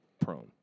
prone